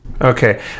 okay